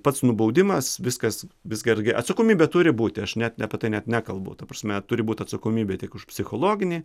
pats nubaudimas viskas visgi argi atsakomybė turi būti aš net apie tai net nekalbu ta prasme turi būti atsakomybė tiek už psichologinį